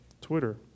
Twitter